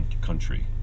country